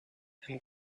and